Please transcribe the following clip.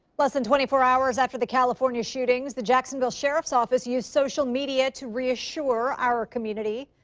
less than twenty four hours after the california shootings, the jacksonville sheriff's office used social media to reassure our community.